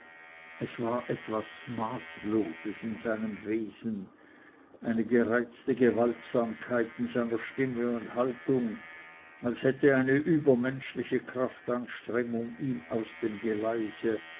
es war etwas maßloses in seinem wesen eine gereizte gewaltsamkeit in seiner stimme und haltung als hätte eine übermenschliche kraftanstrengung ihn aus dem geleise